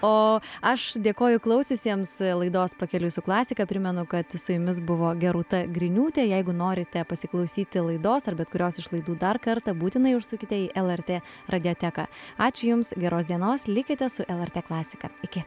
o aš dėkoju klausiusiems laidos pakeliui su klasika primenu kad su jumis buvo gerūta griniūtė jeigu norite pasiklausyti laidos ar bet kurios iš laidų dar kartą būtinai užsukite į lrt radioteką ačiū jums geros dienos likite su lrt klasika iki